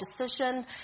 decision